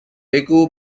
بگو